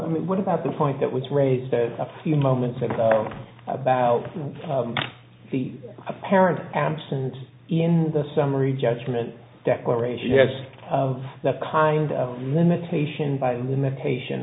i mean what about the point that was raised a few moments ago about the apparent absence in the summary judgment declaration has that kind of limitation by limitation